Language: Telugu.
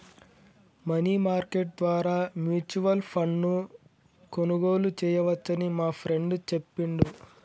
మనీ మార్కెట్ ద్వారా మ్యూచువల్ ఫండ్ను కొనుగోలు చేయవచ్చని మా ఫ్రెండు చెప్పిండు